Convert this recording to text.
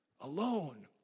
Alone